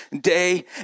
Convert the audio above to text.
day